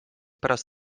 pärast